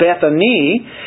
Bethany